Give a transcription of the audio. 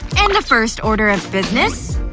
and the first order of business?